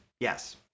Yes